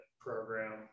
program